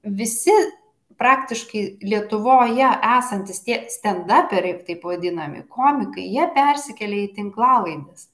visi praktiškai lietuvoje esantys tie stendaperiai taip vadinami komikai jie persikėlė į tinklalaides